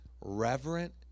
reverent